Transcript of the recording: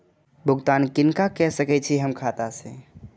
भुगतान किनका के सकै छी हम खाता से?